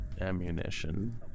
ammunition